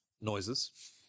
Noises